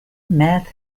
meth